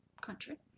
country